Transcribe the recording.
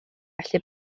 gallu